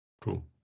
cool